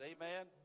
Amen